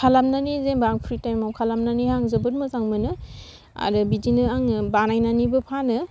खालामनेनै जेन्बा आं फ्रि टाइमाव खालामनानै आं जोबोद मोजां मोनो आरो बिदिनो आङो बानायनानैबो फानो